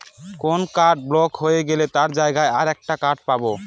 কোন card block হয়ে গেলে তার জায়গায় আর একটা কার্ড পাবো